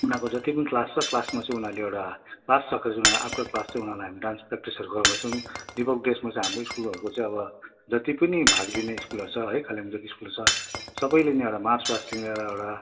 उनीहरूको जति पनि क्लास छ क्लासमा चाहिँ उनीहरूले एउटा क्लास सकेर चाहिँ उनीहरूले आफ्टर क्लास चाहिँ उनीहरूलाई डान्स प्र्याक्टिसहरू गराउँदैछौँ रिपब्लिक डेमा चाहिँ हाम्रो स्कुलहरूको चाहिँ अब जति पनि भाग लिने स्कुलहरू छ है कालेबुङमा जति पनि स्कुलहरू छ सबैले नै एउटा मार्च पासदेखिन्को चाहिँ एउटा